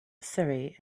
surrey